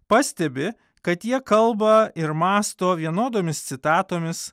pastebi kad jie kalba ir mąsto vienodomis citatomis